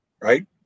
Right